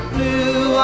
Blue